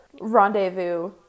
rendezvous